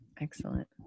Excellent